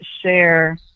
share